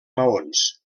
maons